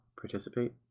participate